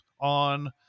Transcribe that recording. on